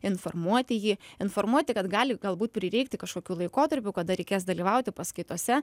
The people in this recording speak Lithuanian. informuoti jį informuoti kad gali galbūt prireikti kažkokiu laikotarpiu kada reikės dalyvauti paskaitose